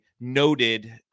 noted